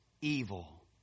evil